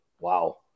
Wow